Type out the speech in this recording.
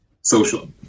social